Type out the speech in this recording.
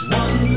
one